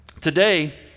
Today